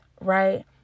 right